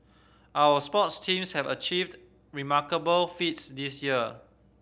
our sports teams have achieved remarkable feats this year